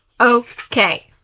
okay